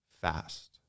fast